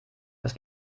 dass